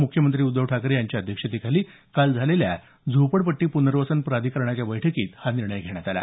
मुख्यमंत्री उद्धव ठाकरे यांच्या अध्यक्षतेखाली काल झालेल्या झोपडपट्टी प्नर्वसन प्राधिकरणाच्या बैठकीत हा निर्णय घेण्यात आला